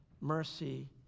mercy